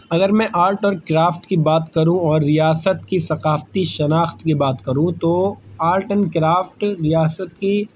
اگر میں آرٹ اور کرافٹ کی بات کرو اور ریاست کی ثقافتی شناخت کی بات کرو تو آرٹ اینڈ کرافٹ ریاست کی